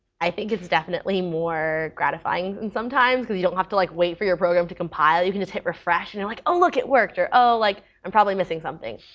i think it's definitely more gratifying than sometimes because you don't have to like wait for your program to compile. you can just hit refresh and you're like, oh, look, it worked, or oh, like i'm probably missing something.